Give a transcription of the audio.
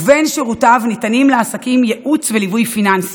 ובין שירותיו ניתנים לעסקים ייעוץ וליווי פיננסי.